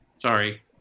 Sorry